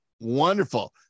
Wonderful